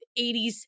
80s